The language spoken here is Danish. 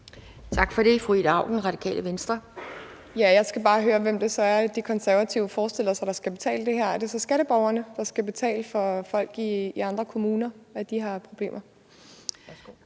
Tak for det. Fru Ida Auken, Radikale Venstre. Kl. 11:18 Ida Auken (RV): Jeg skal bare høre, hvem det så er, De Konservative forestiller sig skal betale det her. Er det så skatteborgerne, der skal betale for, at folk i andre kommuner har problemer?